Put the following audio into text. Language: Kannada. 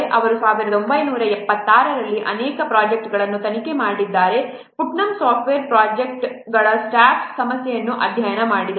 ಅವರು 1976 ರಲ್ಲಿ ಅನೇಕ ಪ್ರೊಜೆಕ್ಟ್ಗಳನ್ನು ತನಿಖೆ ಮಾಡಿದ್ದಾರೆ ಪುಟ್ನಮ್ ಸಾಫ್ಟ್ವೇರ್ ಪ್ರೊಜೆಕ್ಟ್ಗಳ ಸ್ಟಾಫ್ ಸಮಸ್ಯೆಯನ್ನು ಅಧ್ಯಯನ ಮಾಡಿದರು